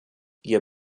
ihr